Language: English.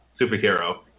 superhero